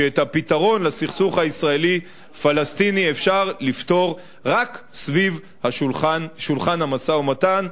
שאת הפתרון לסכסוך הישראלי-פלסטיני אפשר לפתור רק סביב שולחן המשא-ומתן.